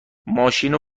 ماشینو